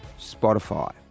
Spotify